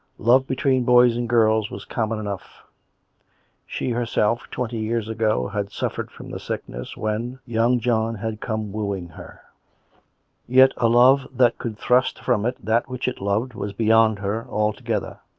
love between boys and girls was common enough she herself twenty years ago had suffered from the sickness when young john had come wooing her yet a love that could thrust from it that which it loved, was beyond her altogether.